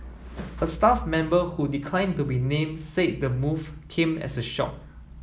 a staff member who declined to be named said the move came as a shock